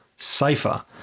Safer